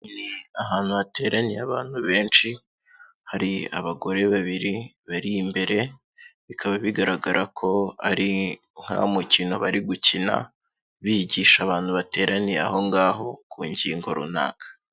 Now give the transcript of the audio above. Ahantu hateraniye abantu benshi, hari abagore babiri bari imbere, bikaba bigaragara ko ari nk'umukino bari gukina bigisha abantu bateraniye aho ngaho ku ngingo runaka.